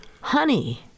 honey